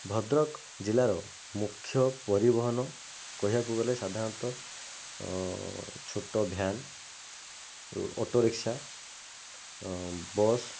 ଭଦ୍ରକ ଜିଲ୍ଲାର ମୁଖ୍ୟ ପରିବହନ କହିବାକୁ ଗଲେ ସାଧାରଣତଃ ଛୋଟ ଭ୍ୟାନ୍ ଅଟୋ ରିକ୍ସା ବସ୍